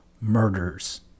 murders